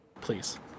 please